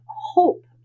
hope